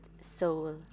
soul